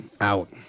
out